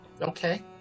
Okay